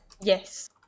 Yes